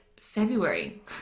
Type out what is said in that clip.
February